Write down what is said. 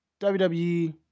WWE